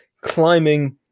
climbing